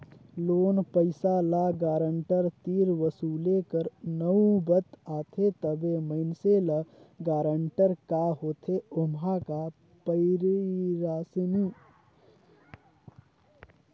loan पइसा ल guarantor तीर वसूले कर नउबत आथे तबे मइनसे ल गारंटर का होथे ओम्हां का पइरसानी होथे ओही सुग्घर ले जाएन सकत अहे